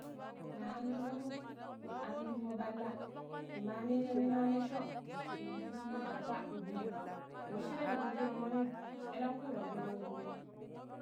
Na an shuranum ni an tumma balla nima mena mina nisho nindang fundo gappa wu pilli weshere ni kun tomini elengkui warjeno ka kurbe.